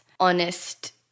honest